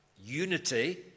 Unity